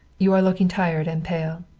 you are looking tired and pale.